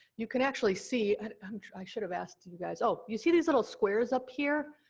you can actually see, ah um i should have asked you guys. oh, you see these little squares up here?